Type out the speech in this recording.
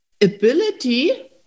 ability